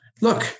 look